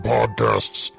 Podcasts